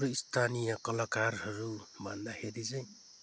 हाम्रो स्थानीय कलाकारहरू भन्दाखेरि चाहिँ